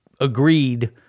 agreed